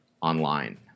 online